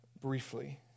briefly